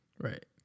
Right